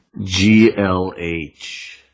GLH